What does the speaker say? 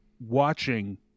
watching